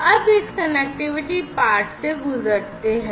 अब इस connectivity part को समझते हैं